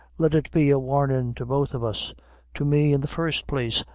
let it be a warnin' to both of us to me, in the first place,